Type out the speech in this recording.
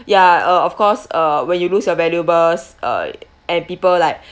ya uh of course uh when you lose your valuables uh and people like